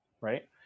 Right